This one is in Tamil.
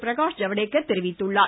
பிரகாஷ் ஜவ்டேகர் தெரிவித்துள்ளார்